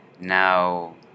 now